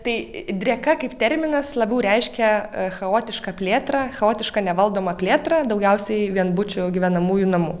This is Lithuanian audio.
tai drieka kaip terminas labiau reiškia chaotišką plėtrą chaotišką nevaldomą plėtrą daugiausiai vienbučių gyvenamųjų namų